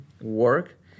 work